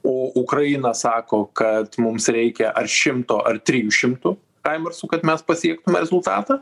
o ukraina sako kad mums reikia ar šimto ar trijų šimtų haimersų kad mes pasiektume rezultatą